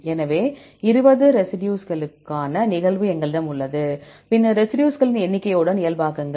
எனவே 20 ரெசிடியூஸ்களுக்கான நிகழ்வு எங்களிடம் உள்ளது பின்னர் ரெசிடியூஸ்களின் எண்ணிக்கையுடன் இயல்பாக்குங்கள்